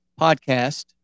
podcast